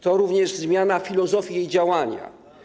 To również zmiana filozofii jej działania.